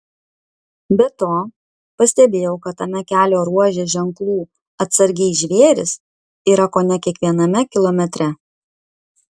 be to pastebėjau kad tame kelio ruože ženklų atsargiai žvėrys yra kone kiekviename kilometre